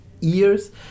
years